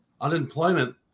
unemployment –